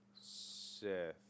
Sith